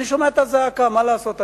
אני שומע את הזעקה, מה לעשות.